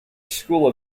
school